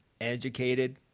educated